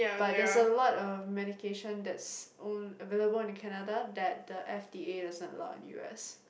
but there's a lot of medication that's on~ available in the Canada that the F_D_A does not allow in U_S